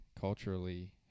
culturally